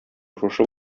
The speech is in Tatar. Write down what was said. шушы